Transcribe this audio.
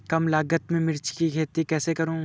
कम लागत में मिर्च की खेती कैसे करूँ?